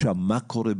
אחמד טיבי במציעים,